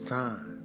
time